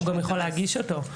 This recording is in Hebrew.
הוא גם יכול להגיש אותו.